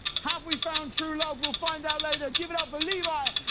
have we found true love? we'll find out later. give it up for levi